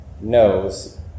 knows